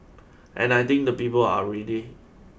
and I think the people are ready